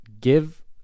give